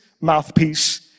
mouthpiece